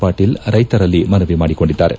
ಪಾಟೀಲ ರೈತರಲ್ಲಿ ಮನವಿ ಮಾಡಿಕೊಂಡಿದ್ದಾರೆ